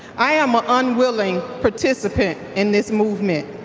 i am an unwilling participant in this movement.